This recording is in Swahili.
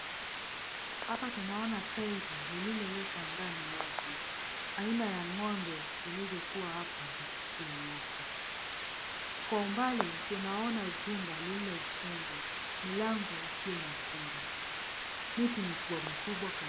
Hapa tunaona tairi lililowekwa ndani nyasi. Aina ya ng'ombe zilizokuwa hapo zikikula nyasi. Kwa umbali tunaona jumba lililojengwa, milango ikiwa imefungwa. Miti mikubwa mikubwa kule.